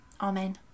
Amen